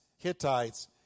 Hittites